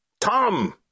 Tom